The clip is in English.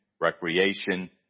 recreation